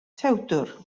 tewdwr